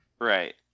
Right